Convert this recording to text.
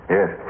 Yes